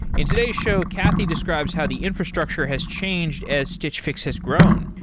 in today's show, cathy describes how the infrastructure has changed as stitch fix has grown,